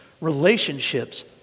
Relationships